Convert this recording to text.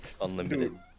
unlimited